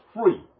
free